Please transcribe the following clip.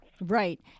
Right